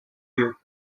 view